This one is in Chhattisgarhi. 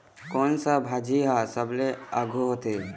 कोन सा भाजी हा सबले आघु होथे?